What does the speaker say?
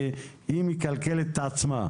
כי היא מכלכלת את עצמה.